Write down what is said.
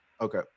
okay